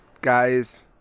guys